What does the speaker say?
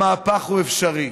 המהפך הוא אפשרי.